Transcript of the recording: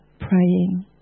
praying